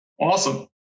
Awesome